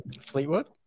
Fleetwood